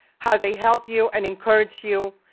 how they helped you and encouraged you,